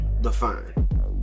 define